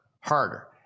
harder